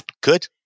Good